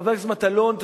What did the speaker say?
חבר הכנסת מטלון?